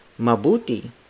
mabuti